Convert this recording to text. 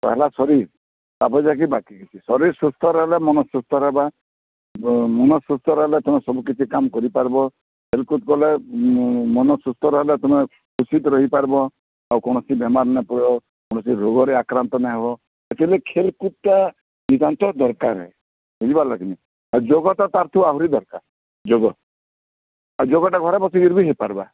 ପହେଲା ଶରୀର୍ ତାପରେ ଯାଇକି ବାକି କିଛି ଶରୀର୍ ସୁସ୍ତ ରହିଲେ ମନ ସୁସ୍ତ ରହିବା ଯୋ ମନ ସୁସ୍ଥ ରହିଲେ ତୁମେ ସବୁକିଛି କାମ କରିପାରିବ ଖେଲ୍କୁଦ୍ କଲେ ମନ ସୁସ୍ଥ ରହିଲେ ତୁମେ ଉଚିତ୍ ରହିପାରିବ ଆଉ କୌଣସି ବେମାର୍ ନା ପଡ଼ କୌଣସି ରୋଗରେ ଆକ୍ରାନ୍ତ ନା ହବ ସେଥିଲାଗି ଖେଲ୍କୁଦ୍ଟା ନିତାନ୍ତ ଦରକାରେ ବୁଝିପାରିଲକି ନାଇଁ ଆଉ ଯୋଗ ତ ପାରୁଥିବା ଆହୁରି ଦରକାର ଯୋଗ ଆଉ ଯୋଗଟା ଘରେ ବସିକିରି ବି ହେଇପାରିବା